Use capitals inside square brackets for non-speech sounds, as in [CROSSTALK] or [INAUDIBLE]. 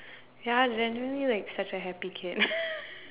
ya I'm generally like such a happy kid [LAUGHS]